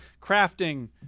crafting